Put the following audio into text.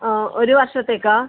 ആ ഒരു വർഷത്തേക്കാ